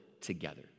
together